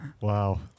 wow